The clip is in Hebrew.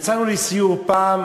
יצאנו לסיור, פעם